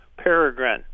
Peregrine